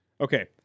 Okay